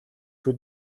шүү